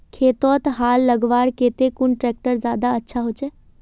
खेतोत हाल लगवार केते कुन ट्रैक्टर ज्यादा अच्छा होचए?